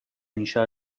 inşa